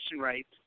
rights